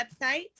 website